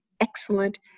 excellent